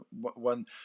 one